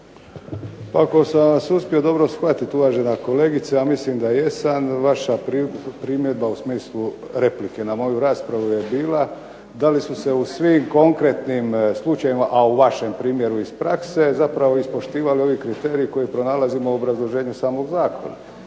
Pa ako sam vas uspio dobro shvatit uvažena kolegice, a mislim da jesam, vaša primjedba u smislu replike na moju raspravu je bila da li su se u svim konkretnim slučajevima, a u vašem primjeru iz prakse zapravo ispoštivali ovi kriteriji koje pronalazimo u obrazloženju samog zakona.